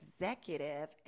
executive